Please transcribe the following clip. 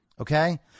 Okay